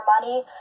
money